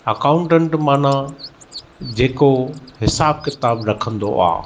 accountant माना जेको हिसाब किताब रखंदो आहे